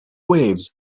waves